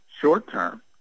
Short-term